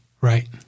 Right